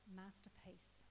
masterpiece